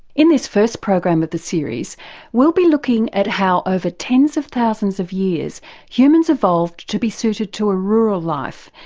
in this first program of the series we'll be looking at how over tens of thousands of years humans evolved to be suited to a rural life,